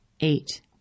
Eight